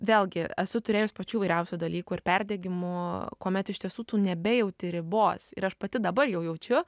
vėlgi esu turėjus pačių įvairiausių dalykų ir perdegimų kuomet iš tiesų tu nebejauti ribos ir aš pati dabar jau jaučiu